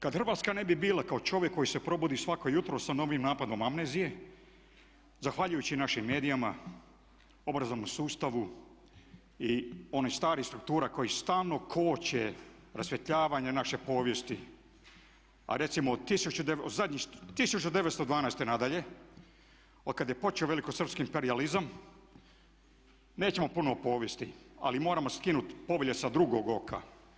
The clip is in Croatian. Kada Hrvatska ne bi bila kao čovjek koji se probudi svako jutro sa novim napadom amnezije zahvaljujući našim medijima, obrazovnom sustavu i onih starih struktura koji stalno koče rasvjetljavanje naše povijesti a recimo od 1912. na dalje od kada je počeo velikosrpski imperijalizam, nećemo puno o povijesti ali moramo skinuti … sa drugog oka.